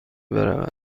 برود